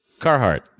Carhartt